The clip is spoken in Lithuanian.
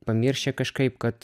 pamiršę kažkaip kad